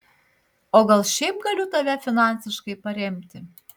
o gal šiaip galiu tave finansiškai paremti